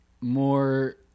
more